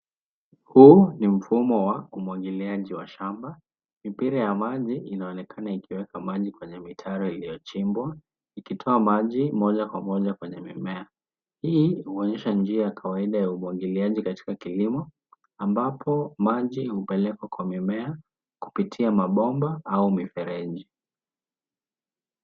Huu ni mfumo wa umwangiliaji wa shamba. Mipira ya maji inaonekana ikiweka maji kwenye mitaro iliyochimbwa, ikitoa maji moja kwa moja kwenye mimea. Hii huonyesha njia ya kawaida ya umwangiliaji katika kilimo ambapo maji hupelekwa kwa mimea kupitia mabomba au mifereji.